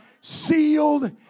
sealed